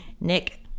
Nick